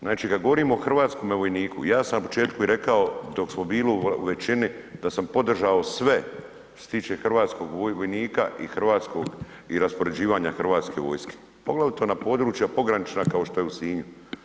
Znači kada govorimo o hrvatskom vojniku j a sam na početku i rekao dok smo bili u većini da sam podržao sve što se tiče hrvatskog vojnika i hrvatskog i raspoređivanja hrvatske vojske poglavito na područja pogranična kao što je u sinju.